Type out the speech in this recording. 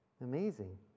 Amazing